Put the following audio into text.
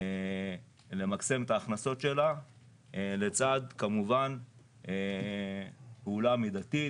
למקסם את ההכנסות שלה לצד פעולה מידתית,